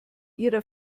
ihrer